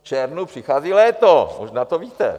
V červnu přichází léto, možná to víte.